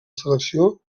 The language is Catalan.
selecció